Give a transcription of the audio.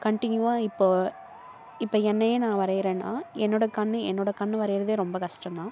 கண்ட்டினியூவாக இப்போது இப்போ என்னையே நான் வரைகிறேனா என்னோட கண் என்னோட கண் வரைகிறதே ரொம்ப கஷ்டந்தான்